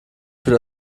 für